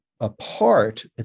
apart